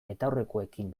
betaurrekoekin